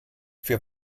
für